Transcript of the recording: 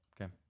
okay